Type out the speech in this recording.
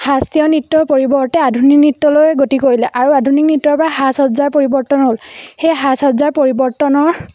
শাস্ত্ৰীয় নৃত্যৰ পৰিৱৰ্তে আধুনিক নৃত্যলৈ গতি কৰিলে আৰু আধুনিক নৃত্যৰপৰা সাজ সজ্জাৰ পৰিৱৰ্তন হ'ল সেই সাজ সজ্জাৰ পৰিৱৰ্তনৰ